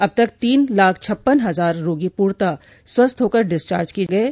अब तक तीन लाख छप्पन हजार रोगी पूर्णता स्वस्थ होकर डिस्चार्ज किये गये